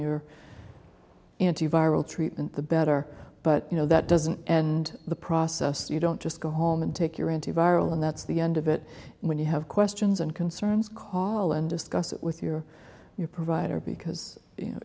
your antiviral treatment the better but you know that doesn't and the process you don't just go home and take your antiviral and that's the end of it when you have questions and concerns call and discuss it with your your provider because